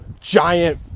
giant